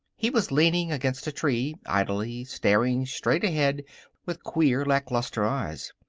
he was leaning against a tree, idly, staring straight ahead with queer, lackluster eyes.